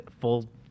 full